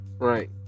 Right